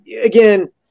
again